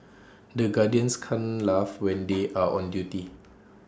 the can't laugh when they are on duty